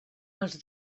els